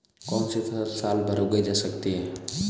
कौनसी फसल साल भर उगाई जा सकती है?